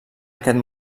aquest